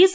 S